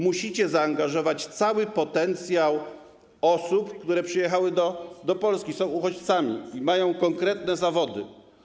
Musicie zaangażować cały potencjał osób, które przyjechały do Polski, są uchodźcami i mają konkretne zawody.